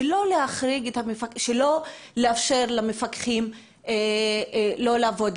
שלא לאפשר למפקחים לא לעבוד.